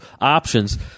options